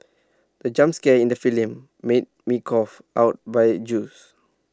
the jump scare in the film made me cough out my juice